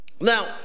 Now